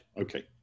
okay